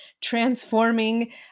transforming